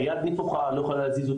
היד נתוחה ולא יכולה להזיז אותה,